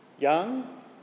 young